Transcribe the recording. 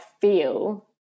feel